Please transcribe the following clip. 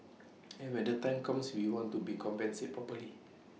and when the time comes we want to be compensated properly